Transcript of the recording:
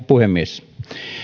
puhemies